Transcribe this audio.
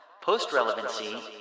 Post-relevancy